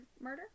murder